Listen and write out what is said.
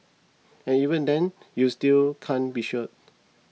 and even then you still can't be sure